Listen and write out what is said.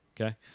okay